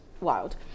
wild